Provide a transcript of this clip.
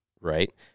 right